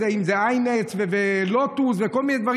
אם זה היינץ או לוטוס וכל מיני דברים,